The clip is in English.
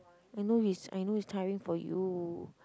I know it's I know it's tiring for you